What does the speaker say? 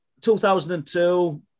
2002